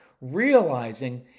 realizing